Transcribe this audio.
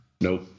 Nope